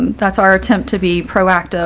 that's our attempt to be proactive